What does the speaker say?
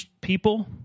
people